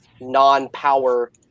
non-power